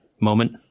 moment